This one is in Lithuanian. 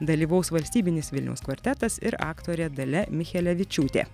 dalyvaus valstybinis vilniaus kvartetas ir aktorė dalia michelevičiūtė